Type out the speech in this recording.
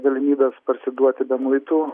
galimybes parsiduoti be muitų